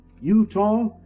Utah